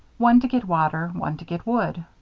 one to get water, one to get wood.